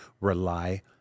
rely